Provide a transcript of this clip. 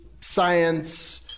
science